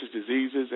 diseases